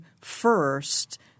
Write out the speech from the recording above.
first